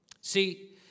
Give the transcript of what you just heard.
See